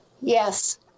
Yes